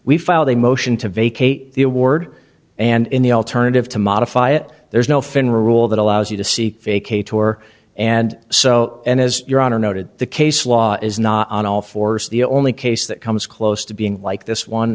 we filed a motion to vacate the award and in the alternative to modify it there is no fin rule that allows you to seek take a tour and so and as your honor noted the case law is not on all fours the only case that comes close to being like this one